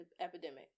epidemic